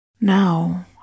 Now